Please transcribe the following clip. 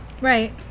Right